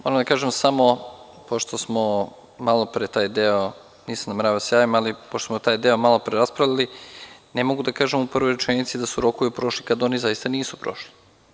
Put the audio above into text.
Moram da kažem samo, pošto smo malopre taj deo, nisam nameravao da se javim, ali pošto smo taj deo malopre raspravili ne mogu da kažem u prvoj rečenici da su rokovi prošli kada oni zaista nisu prošli.